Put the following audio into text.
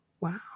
Wow